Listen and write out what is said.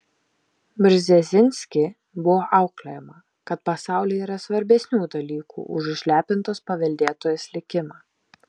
brzezinski buvo auklėjama kad pasaulyje yra svarbesnių dalykų už išlepintos paveldėtojos likimą